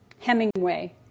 Hemingway